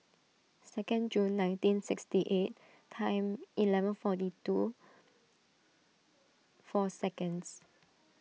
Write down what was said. second June nineteen sixty eight time eleven forty two four seconds